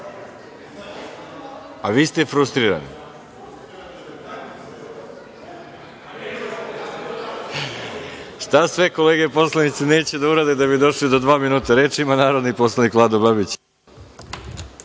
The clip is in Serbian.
ste frustrirani? Šta sve kolege poslanici neće da urade da bi došli do dva minuta. Reč ima narodni poslanik Vlado Babić.